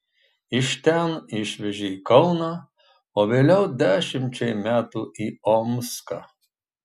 iš ten išvežė į kauną o vėliau dešimčiai metų į omską